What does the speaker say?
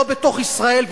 לא בתוך ישראל,